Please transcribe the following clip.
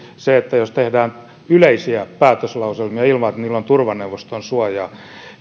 se jos tehdään yleisiä päätöslauselmia ilman että niillä on turvaneuvoston suojaa